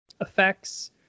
effects